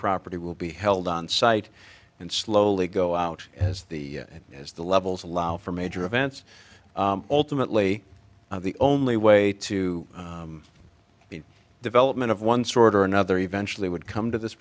property will be held on site and slowly go out as the as the levels allow for major events alternately the only way to the development of one sort or another eventually would come to this